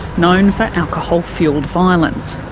known for alcohol-fuelled violence.